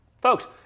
Folks